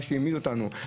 מה שהעמיד אותנו.